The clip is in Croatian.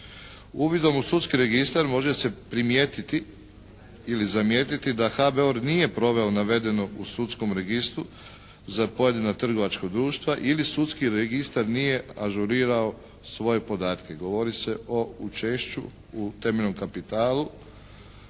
Uvidom u sudski registar može se primijetiti ili zamijetiti da HBOR nije proveo navedeno u sudskom registru za pojedina trgovačka društva ili sudski registar nije ažurirao svoje podatke. Govori se o učešću u temeljnom kapitalu